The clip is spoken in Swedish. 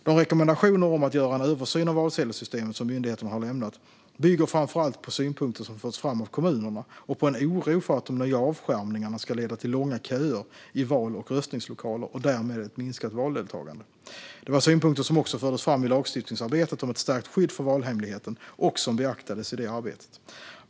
De rekommendationer om att göra en översyn av valsedelssystemet som myndigheterna har lämnat bygger framför allt på synpunkter som förts fram av kommunerna och på en oro för att de nya avskärmningarna ska leda till långa köer i val och röstningslokaler och därmed ett minskat valdeltagande. Det var synpunkter som också fördes fram i lagstiftningsarbetet om ett stärkt skydd för valhemligheten och som beaktades i det arbetet.